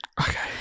Okay